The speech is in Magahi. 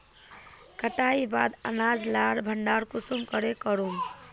कटाईर बाद अनाज लार भण्डार कुंसम करे करूम?